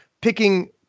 picking